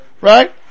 right